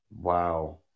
Wow